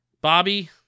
Bobby